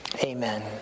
Amen